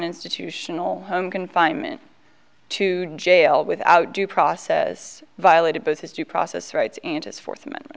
institutional home confinement to jail without due process violated both his due process rights and his fourth amendment